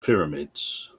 pyramids